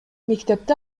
мектепти